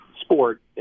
sport